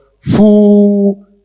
full